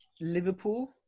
Liverpool